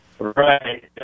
Right